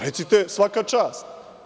Recite svaka čast.